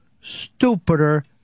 stupider